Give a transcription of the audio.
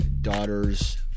daughter's